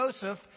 Joseph